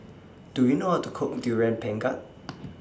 Do YOU know How to Cook Durian Pengat